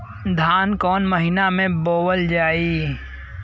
धान कवन महिना में बोवल जाई?